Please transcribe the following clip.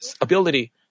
ability